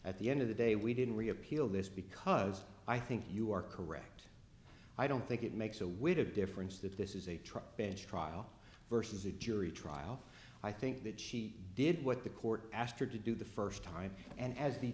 at the end of the day we didn't reappear all this because i think you are correct i don't think it makes a whit of difference that this is a truck bench trial versus a jury trial i think that she did what the court asked her to do the first time and as the